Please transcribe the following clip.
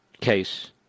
case